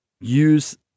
use